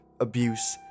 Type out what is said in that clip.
abuse